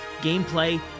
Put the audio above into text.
gameplay